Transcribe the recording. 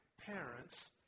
parents